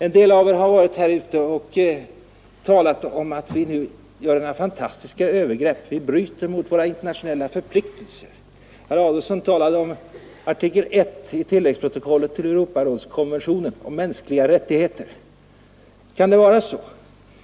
En del av er har talat om att vi nu gör några fantastiska övergrepp — vi bryter mot våra internationella förpliktelser. Herr Adolfsson talade om artikel 1 i tilläggsprotokollet till Europarådskonventionen om mänskliga rättigheter. Kan det vara så?